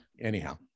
anyhow